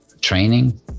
training